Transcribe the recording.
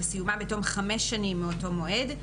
וסיומה בתום חמש שנים מאותו מועד,